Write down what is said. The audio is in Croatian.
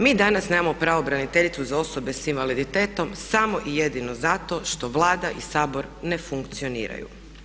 Mi danas nemamo pravobraniteljicu za osobe s invaliditetom samo i jedino zato što Vlada i Sabor ne funkcioniraju.